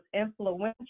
influential